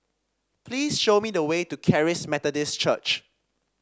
please show me the way to Charis Methodist Church